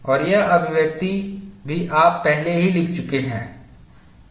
और यह अभिव्यक्ति भी आप पहले ही लिख चुके हैं